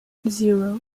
zero